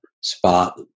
spot